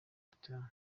gitaha